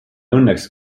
õnneks